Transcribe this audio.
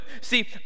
See